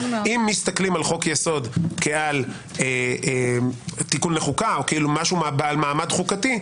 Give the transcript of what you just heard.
אם מסתכלים על חוק-יסוד כעל תיקון לחוקה או משהו בעל מעמד חוקתי,